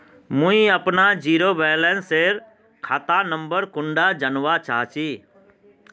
मुई अपना zero balance सेल खाता नंबर कुंडा जानवा चाहची?